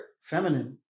Feminine